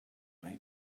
may